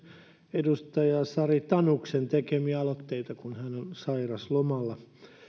edustaja sari tanuksen tekemiä aloitteita kun hän on sairauslomalla